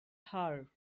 her